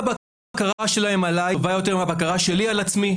הבקרה שלהם עלי טובה יותר מהבקרה שלי על עצמי.